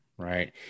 Right